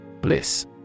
Bliss